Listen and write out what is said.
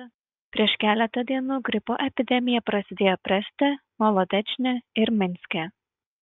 prieš keletą dienų gripo epidemija prasidėjo breste molodečne ir minske